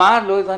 לא הבנתי.